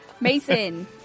Mason